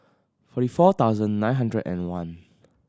forty four thousand nine hundred and one